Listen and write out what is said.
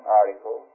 article